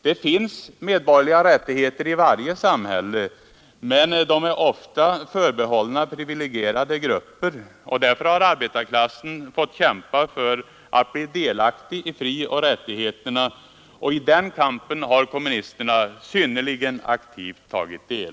Det finns medborgerliga rättigheter i varje samhälle, men de är ofta förbehållna privilegierade grupper, och därför har arbetarklassen fått kämpa för att bli delaktig av frioch rättigheterna, och i den kampen har kommunisterna synnerligen aktivt tagit del.